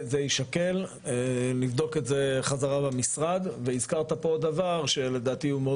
זה יישקל נבדוק את זה חזרה במשרד והזכרת פה עוד דבר שלדעתי הוא מאוד